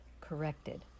corrected